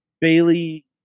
Bailey